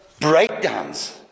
breakdowns